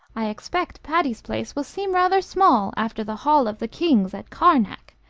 i expect patty's place will seem rather small after the hall of the kings at karnak,